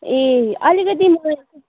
ए अलिकति मलाई